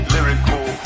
Lyrical